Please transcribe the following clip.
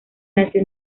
nació